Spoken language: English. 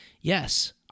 yes